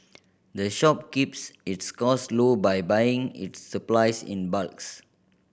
the shop keeps its costs low by buying its supplies in